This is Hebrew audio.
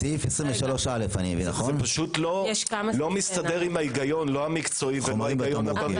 לא מסתדר עם ההיגיון לא המקצועי ולא ההיגיון הבריא.